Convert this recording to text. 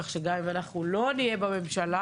כך שגם אם לא נהיה בממשלה,